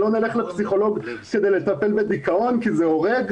שלא נלך לפסיכולוג כדי לטפל בדיכאון כי זה הורג?